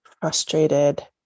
frustrated